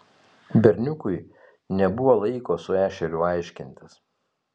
berniukui nebuvo laiko su ešeriu aiškintis